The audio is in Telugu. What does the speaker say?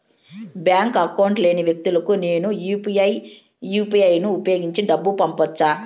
బ్యాంకు అకౌంట్ లేని వ్యక్తులకు నేను యు పి ఐ యు.పి.ఐ ను ఉపయోగించి డబ్బు పంపొచ్చా?